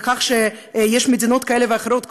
בכך שיש מדינות כאלה ואחרות,